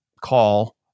call